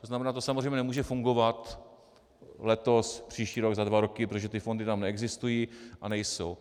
To znamená, to samozřejmě nemůže fungovat letos, příští rok, za dva roky, protože ty fondy tam neexistují a nejsou.